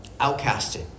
outcasted